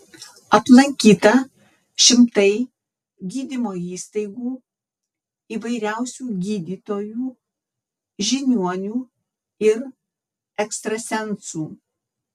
aplankyta šimtai gydymo įstaigų įvairiausių gydytojų žiniuonių ir ekstrasensų